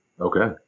Okay